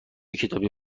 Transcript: کتابی